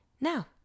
Now